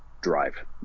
drive